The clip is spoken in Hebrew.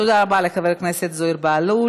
תודה רבה לחבר הכנסת זוהיר בהלול.